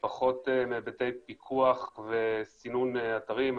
פחות מהיבטי פיקוח וסינון אתרים.